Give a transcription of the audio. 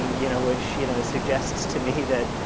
um you know which you know suggests to me that